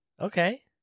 Okay